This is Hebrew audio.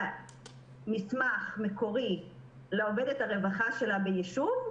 מסמך מקורי לעובדת הרווחה שלה ביישוב,